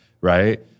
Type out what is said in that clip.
right